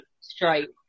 straight